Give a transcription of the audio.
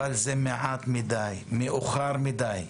אבל זה מעט מדי, מאוחר מדי,